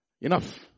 Enough